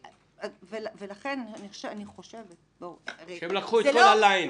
אני חושבת --- שהם לקחו את כל הליין.